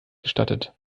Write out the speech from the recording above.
gestattet